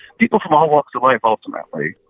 people from all walks of life, ultimately